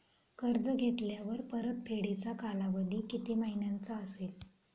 कर्ज घेतल्यावर परतफेडीचा कालावधी किती महिन्यांचा असेल?